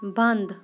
بنٛد